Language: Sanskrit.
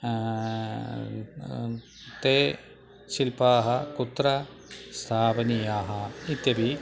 ते शिल्पाः कुत्र स्थापनीयाः इत्यपि